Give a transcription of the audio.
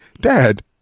dad